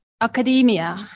academia